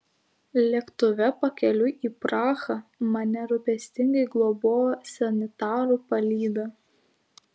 lėktuve pakeliui į prahą mane rūpestingai globojo sanitarų palyda